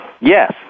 Yes